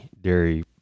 dairy